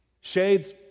Shades